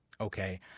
okay